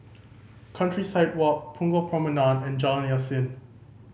Countryside Walk Punggol Promenade and Jalan Yasin